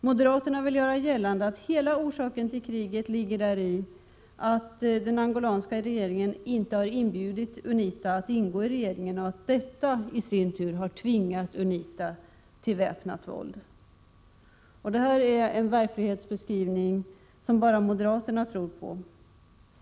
Moderaterna gör gällande att hela orsaken till kriget ligger däri att den angolanska regeringen inte har inbjudit UNITA att ingå i regeringen och att |. dettaisin tur har tvingat UNITA till väpnat våld. Detta är en verklighetsbeskrivning som bara moderaterna tror på.